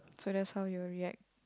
so that's how you will react